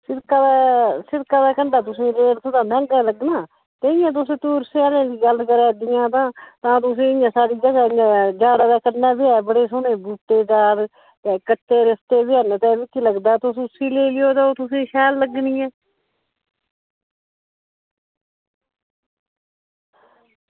शिड़का शिड़कै दे कंढ़ै तुसेंगी रेट बी बड़ा लग्गना ना ते इंया तुस दूर लैने दी गल्ल करा दियां तां साढ़ी जगह जाड़ै दे कन्नै बी ऐ बड़े सोह्ने बूह्टे कच्चे रस्ते पर मिगी लगदा तुस दिक्खी लैयो ते ओह् तुसेंगी शैल लग्गनी ऐ